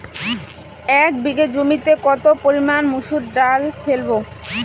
এক বিঘে জমিতে কত পরিমান মুসুর ডাল ফেলবো?